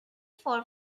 for